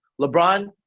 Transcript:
LeBron